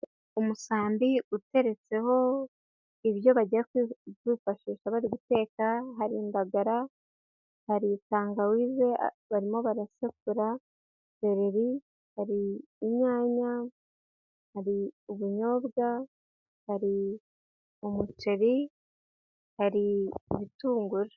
Umusambi uteretseho ibyo bagiye kwifashisha bari guteka, hari indagara hari tangawize, barimo barasakura sereri hari inyanya hari ubunyobwa hari umuceri hari ibitunguru.